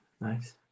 Nice